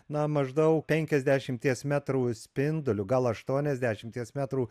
na maždaug penkiasdešimties metrų spinduliu gal aštuoniasdešimties metrų